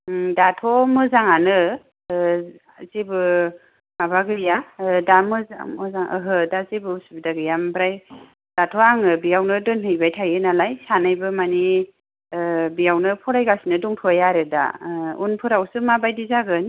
दाथ' मोजांआनो जेबो माबा गैया दा मोजां ओहो दा जोबो उसुबिदा गैया आमफ्राय दाथ' आङो बेयावनो दोनहैबाय थायो नालाय सानैबो मानि बेयावनो फरायगासनो दंथ'यो आरो दा उनफोराव सो मा बायदि जागोन